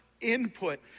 input